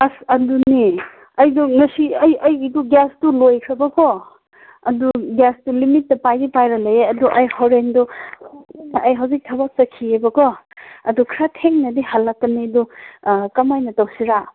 ꯑꯁ ꯑꯗꯨꯅꯤ ꯑꯩꯗꯨ ꯉꯁꯤ ꯑꯩꯒꯤꯗꯨ ꯒ꯭ꯌꯥꯁꯇꯨ ꯂꯣꯏꯈ꯭ꯔꯕꯀꯣ ꯑꯗꯣ ꯒ꯭ꯌꯥꯁꯇꯣ ꯂꯤꯃꯤꯠꯇ ꯄꯥꯏꯗꯤ ꯄꯥꯏꯔ ꯂꯩꯌꯦ ꯑꯗꯣ ꯑꯩ ꯍꯣꯔꯦꯟꯗꯣ ꯑꯩ ꯍꯧꯖꯤꯛ ꯊꯕꯛ ꯆꯠꯈꯤꯒꯦꯕꯀꯣ ꯑꯗꯣ ꯈꯔ ꯊꯦꯡꯅꯗꯤ ꯍꯜꯂꯛꯀꯅꯤ ꯑꯗꯨ ꯀꯃꯥꯏꯅ ꯇꯧꯁꯤꯔꯥ